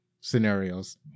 scenarios